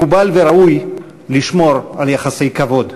מקובל וראוי לשמור על יחסי כבוד.